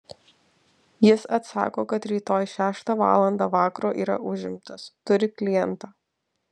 jis atsako kad rytoj šeštą valandą vakaro yra užimtas turi klientą